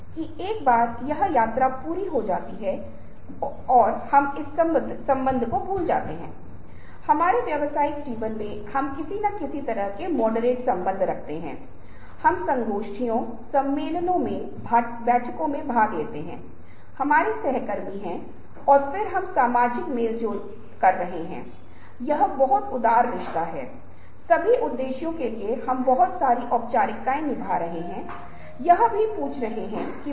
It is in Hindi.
विसुअल कल्चर एक ऐसी चीज है जिसके भीतर हम डूबे हुए हैं हम इसे अपने जीवन के हर दिन अनुभव करते हैं इसके प्रति सचेत हुए बिना हालाँकि यदि आप दृश्य संस्कृति के कुछ पहलुओं के लिए संवेदनशीलता की एक निश्चित डिग्री विकसित करते हैं तो यह हमें एक निश्चित अंतर्दृष्टि देता है कि हम दृश्यों के माध्यम से कैसे संवाद करते हैं और जाहिर है हम एक बेहतर स्थिति में हैं और हम एक अधिक प्रभावी संचारक बना सकते हैं और इस तरह यह विभिन्न तरीकों से नरम कौशल के बिना हमारी मदद करेगा